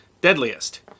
deadliest